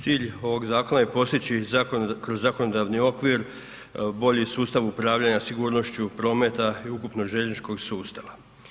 Cilj ovog zakona je postići kroz zakonodavni okvir bolji sustav upravljanja sigurnošću prometa i ukupno željezničkog sustava.